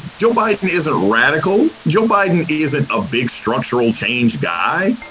joe biden is a radical. joe biden is and a big structural change guy.